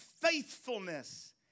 faithfulness